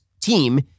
team